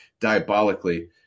diabolically